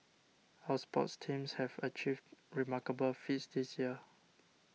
our sports teams have achieved remarkable feats this year